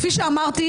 כפי שאמרתי,